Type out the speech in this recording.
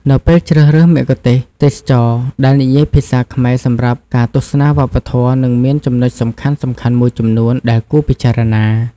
នៅពេលជ្រើសរើសមគ្គុទ្ទេសក៍ទេសចរណ៍ដែលនិយាយភាសាខ្មែរសម្រាប់ការទស្សនាវប្បធម៌ មានចំណុចសំខាន់ៗមួយចំនួនដែលគួរពិចារណា។